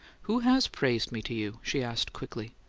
who has praised me to you? she asked, quickly.